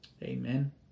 Amen